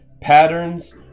patterns